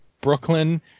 Brooklyn